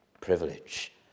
privilege